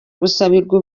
gusabirwa